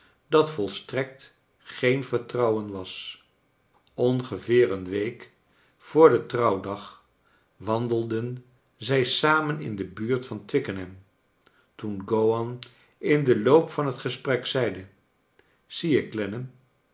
dat volstrekt geen vertrouwen was ongeveer een week voor den trouwdag wandelden zij samen in de buurt van twickenham toen gowan in den loop van het gesprek zeide